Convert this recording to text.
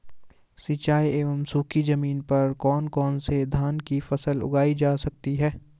सिंचाई एवं सूखी जमीन पर कौन कौन से धान की फसल उगाई जा सकती है?